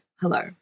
Hello